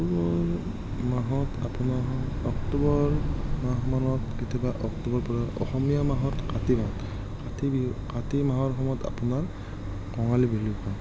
মাহত আপোনাৰ অক্টোবৰ মাহমানত কেতিয়াবা অক্টোবৰ মাহৰ পৰা অসমীয়া মাহত কাতি মাহ কাতি বিহু কাতি মাহৰ সময়ত আপোনাৰ কঙালী বুলিও কয়